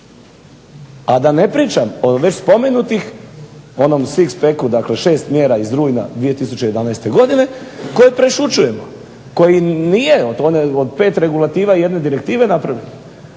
a da ne pričam o već spomenutih onom six packu dakle šest mjera iz rujna 2011. godine koje prešućujemo, koje nije od pet regulativa i jedne direktive napravljen.